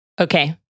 Okay